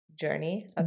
journey